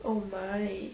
oh my